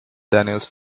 daniels